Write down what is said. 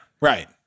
Right